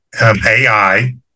AI